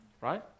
right